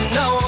no